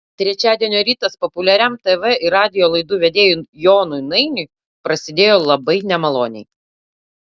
trečiadienio rytas populiariam tv ir radijo laidų vedėjui jonui nainiui prasidėjo labai nemaloniai